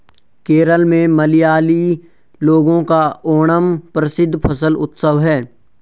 केरल में मलयाली लोगों का ओणम प्रसिद्ध फसल उत्सव है